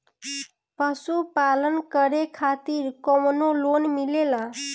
पशु पालन करे खातिर काउनो लोन मिलेला?